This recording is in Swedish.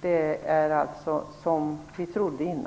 Det har alltså blivit som vi trodde innan.